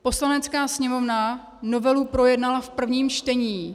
Poslanecká sněmovna novelu projednala v prvním čtení.